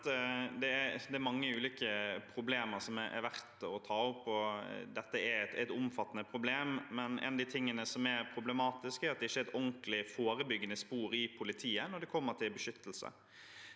Det er mange ulike problemer som er verdt å ta opp, og dette er et omfattende problem. Noe av det som er problematisk, er at det ikke er et ordentlig forebyggende spor i politiet når det gjelder beskyttelse.